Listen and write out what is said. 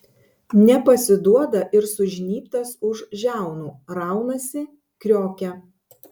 nepasiduoda ir sužnybtas už žiaunų raunasi kriokia